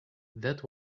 that